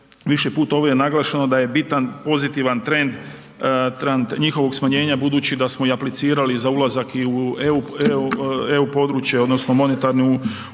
više puta ovdje naglašeno da je bitan pozitivan trend njihovog smanjenja budući da smo i aplicirali za ulazak i u EU područje, odnosno monetarnu uniju